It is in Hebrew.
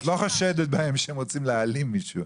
לא חושדת בהם שהם רוצים להעלים מישהו.